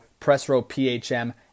PressRowPHM